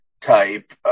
type